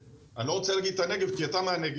אני לא רוצה להגיד את הנגב כי אתה מהנגב,